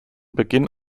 beginn